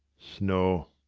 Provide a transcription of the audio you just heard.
snow,